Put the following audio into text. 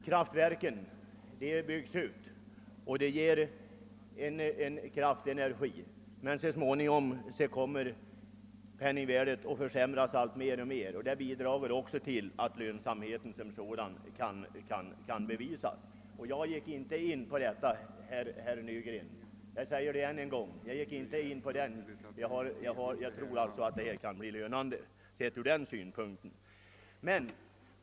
Kraftverken byggs upp och ger ener gi. Så småningom försämras penningvärdet mer och mer, och det bidrar också till att lönsamheten som sådan förbättras. Jag gick inte in på detta, herr Nygren, det säger jag än en gång. Jag tror i alla fall att projektet kan bli lönande sett ur denna speciella synpunkt.